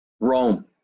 Rome